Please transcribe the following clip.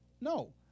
No